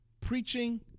preaching